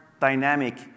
dynamic